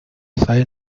sei